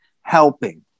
helping